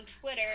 Twitter